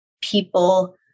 people